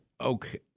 okay